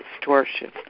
distortion